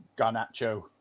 Garnacho